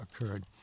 occurred